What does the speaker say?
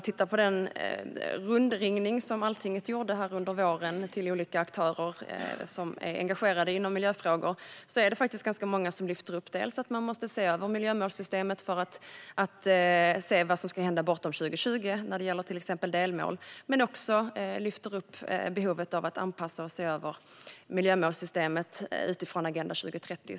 Vid den rundringning som alltinget under våren gjorde till olika aktörer som är engagerade i miljöfrågor lyfte ganska många upp dels att man måste se över miljömålssystemet för att se vad som ska hända efter 2020 när det gäller till exempel delmål, dels behovet av att anpassa och se över miljömålssystemet utifrån Agenda 2030.